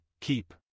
keep